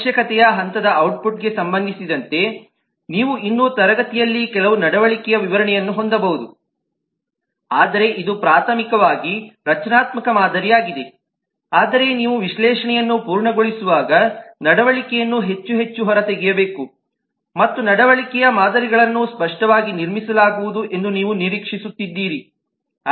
ಅವಶ್ಯಕತೆಯ ಹಂತದ ಔಟ್ಪುಟ್ಗೆ ಸಂಬಂಧಿಸಿದಂತೆ ನೀವು ಇನ್ನೂ ತರಗತಿಯಲ್ಲಿ ಕೆಲವು ನಡವಳಿಕೆಯ ವಿವರಣೆಯನ್ನು ಹೊಂದಬಹುದು ಆದರೆ ಇದು ಪ್ರಾಥಮಿಕವಾಗಿ ರಚನಾತ್ಮಕ ಮಾದರಿಯಾಗಿದೆ ಆದರೆ ನೀವು ವಿಶ್ಲೇಷಣೆಯನ್ನು ಪೂರ್ಣಗೊಳಿಸುವಾಗನಡವಳಿಕೆಯನ್ನು ಹೆಚ್ಚು ಹೆಚ್ಚು ಹೊರತೆಗೆಯಬೇಕು ಮತ್ತು ನಡವಳಿಕೆಯ ಮಾದರಿಗಳನ್ನು ಸ್ಪಷ್ಟವಾಗಿ ನಿರ್ಮಿಸಲಾಗುವುದು ಎಂದು ನೀವು ನಿರೀಕ್ಷಿಸುತ್ತಿದ್ದೀರಿ